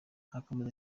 akomeza